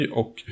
och